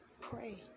Pray